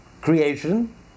creation